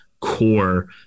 core